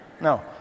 No